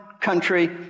country